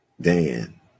Dan